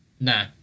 Nah